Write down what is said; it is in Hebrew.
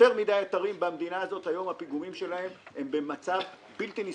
יותר מדי אתרים במדינה הזאת היום הפיגומים שלהם הם במצב בלתי נסבל.